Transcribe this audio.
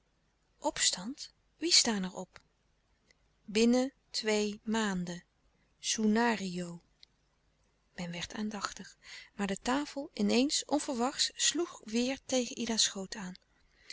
opstand wie staan er op binnen twee maanden soenario men werd aandachtig louis couperus de stille kracht maar de tafel in eens onverwachts sloeg weêr tegen ida's schoot aan